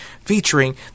featuring